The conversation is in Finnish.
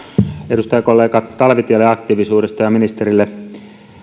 edustajakollega talvitielle aktiivisuudesta ja ministerille